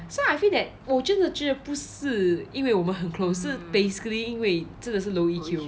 so I feel that 我真的不是因为我们很 close 是 basically 因为真的是 low E_Q